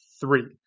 three